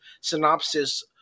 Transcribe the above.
synopsis